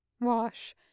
Wash